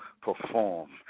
perform